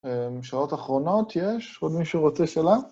שעות אחרונות, יש? עוד מישהו רוצה שאלה?